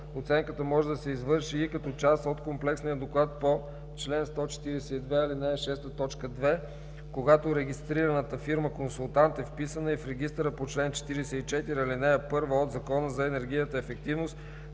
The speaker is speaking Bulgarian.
„Оценката може да се извърши и като част от комплексния доклад по чл. 142, ал. 6, т. 2, когато регистрираната фирма консултант е вписана и в регистъра по чл. 44, ал. 1 от Закона за енергийната ефективност